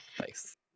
Nice